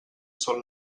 són